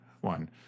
one